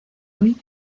hoy